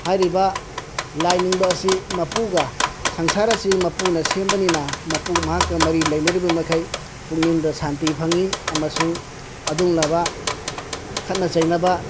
ꯍꯥꯏꯔꯤꯕ ꯂꯥꯏꯅꯤꯡꯕ ꯑꯁꯤ ꯃꯄꯨꯒ ꯁꯪꯁꯥꯔ ꯑꯁꯤ ꯃꯄꯨꯅ ꯁꯦꯝꯕꯅꯤꯅ ꯃꯄꯨ ꯃꯍꯥꯛꯀ ꯃꯔꯤ ꯂꯩꯅꯔꯤꯕ ꯃꯈꯩ ꯄꯨꯛꯅꯤꯡꯗ ꯁꯥꯟꯇꯤ ꯐꯪꯉꯤ ꯑꯃꯁꯨꯡ ꯑꯗꯨꯒꯨꯝꯂꯕ ꯈꯠꯅ ꯆꯩꯅꯕ